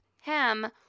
hem